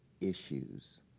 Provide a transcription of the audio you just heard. issues